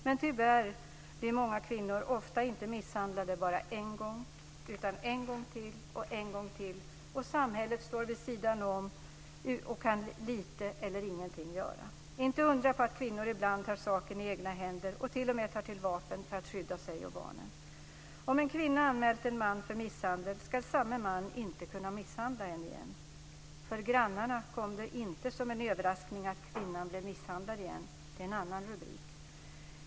Men tyvärr blir många kvinnor ofta misshandlade inte bara en gång utan en gång till och en gång till. Samhället står vid sidan om och kan lite eller ingenting göra. Inte undra på att kvinnor ibland tar saken i egna händer och t.o.m. tar till vapen för att skydda sig och barnen. Om en kvinna har anmält en man för misshandel ska samme man inte kunna misshandla henne igen. En annan rubrik är: För grannarna kom det inte som en överraskning att kvinnan blev misshandlad igen.